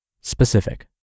specific